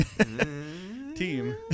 team